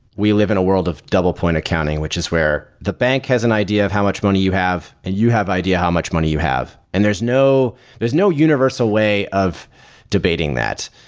we live in a world of double point accounting, which is where the bank has an idea of how much money you have and you have idea how much money you have, and there's no there's no universal way of debating that.